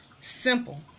Simple